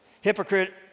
Hypocrite